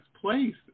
place